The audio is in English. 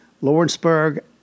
Lawrenceburg